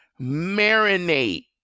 marinate